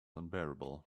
unbearable